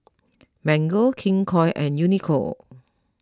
Mango King Koil and Uniqlo